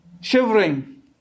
shivering